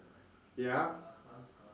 ya